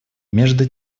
между